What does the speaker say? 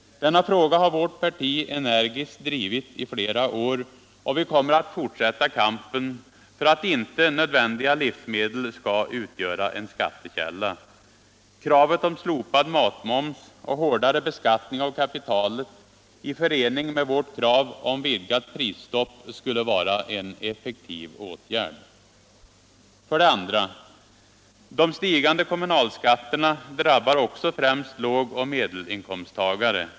Denna fråga har vårt parti energiskt drivil i flera år, och vi kommer att fortsätta kampen för att inte nödvändiga livsmedel skall utgöra en skattekälla. Kravet på slopad matmoms och hårdare beskattning av kapitalet i förening med vårt krav på vidgat prisstopp skulle vara en effektiv åtgärd. 2. De stigande kommunalskatterna drabbar också främst lågoch medelinkomsttagare.